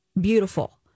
beautiful